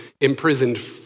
imprisoned